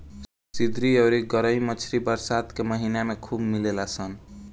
सिधरी अउरी गरई मछली त बरसात के महिना में खूब मिलेली सन